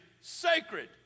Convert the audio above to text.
sacred